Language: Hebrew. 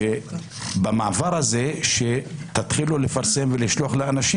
שבמעבר הזה תתחילו לפרסם ולשלוח לאנשים